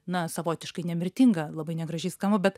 na savotiškai nemirtinga labai negražiai skamba bet